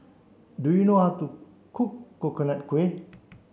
do you know how to cook Coconut Kuih